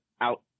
out